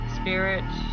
Spirit